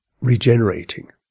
regenerating